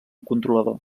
controlador